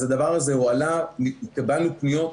אז הדבר הזה הועלה, קיבלנו פניות.